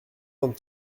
vingt